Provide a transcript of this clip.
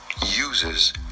uses